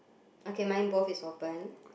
okay mine both is open